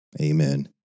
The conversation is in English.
Amen